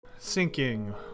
Sinking